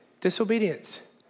Disobedience